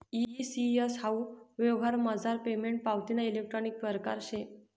E C S हाऊ यवहारमझार payment पावतीना इलेक्ट्रानिक परकार शे